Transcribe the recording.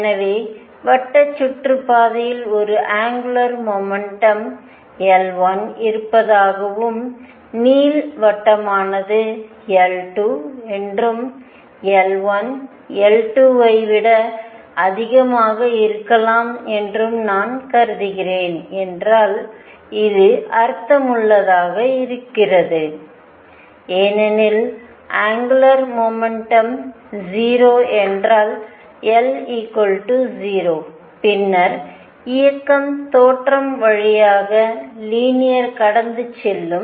எனவே வட்ட சுற்றுப்பாதையில் ஒரு அங்குலார் மொமெண்டம் L1 இருப்பதாகவும் நீள்வட்டமானது L2 என்றும் L1 L2 ஐ விட அதிகமாக இருக்கலாம் என்றும் நான் கருதுகிறேன் என்றால் இது அர்த்தமுள்ளதாக இருக்கிறது ஏனெனில் அங்குலார் மொமெண்டம்0 என்றால் L 0 பின்னர் இயக்கம் தோற்றம் வழியாக லீனியர் கடந்து செல்லும்